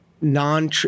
non